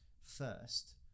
first